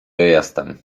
jestem